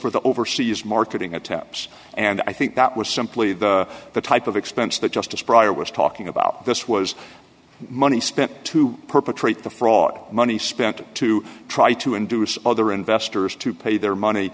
for the overseas marketing attempts and i think that was simply the type of expense that justice pryor was talking about this was money spent to perpetrate the fraud money spent to try to induce other investors to pay their money